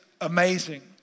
amazing